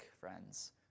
friends